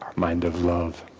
mind of love